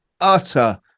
utter